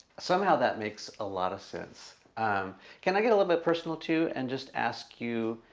somehow that makes a lot of sense can i get a little bit personal too and just ask you?